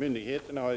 min fråga.